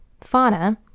Fauna